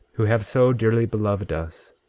who have so dearly beloved us,